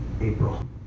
April